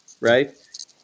right